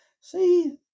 see